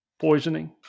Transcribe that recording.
poisoning